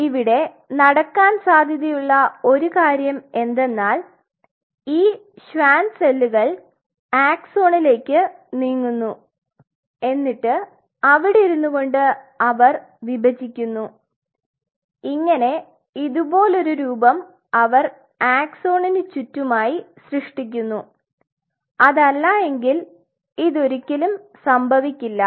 ഇവിടെ നടക്കാൻ സാധ്യതയുള്ള ഒരു കാര്യം എന്തെന്നാൽ ഈ ഷ്വാൻ സെല്ലുകൾ ആക്സോണിലേക്കു നീങ്ങുന്നു എന്നിട്ട് അവിടിരുന്നുകൊണ്ടു അവർ വിഭജിക്കുന്നു ഇങ്ങനെ ഇതുപോലൊരു രൂപം അവർ അക്സൊണിന് ചുറ്റുമായി സൃഷ്ടിക്കുന്നു അതല്ല എങ്കിൽ ഇതൊരിക്കലും സംഭവിക്കില്ല